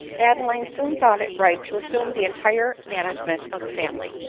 adeline soon thought it right to assume the entire man agement of the family.